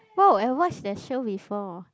oh I watch that show before